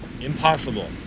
Impossible